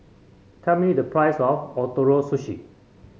tell me the price of Ootoro Sushi